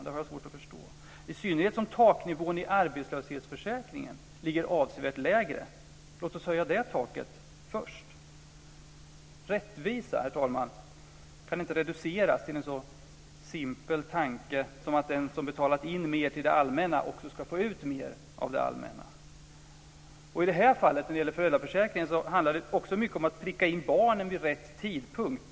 Det har jag svårt att förstå, i synnerhet eftersom taknivån i arbetslöshetsförsäkringen är lägre. Låt oss höja det taket först. Rättvisa, herr talman, kan inte reduceras till en så simpel tanke som att den som har betalat in mer till det allmänna också ska få ut mer av det allmänna. När det gäller föräldraförsäkringen handlar det också mycket om att pricka in barnen vid rätt tidpunkt.